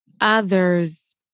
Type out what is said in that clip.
others